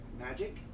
magic